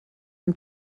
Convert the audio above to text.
and